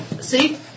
See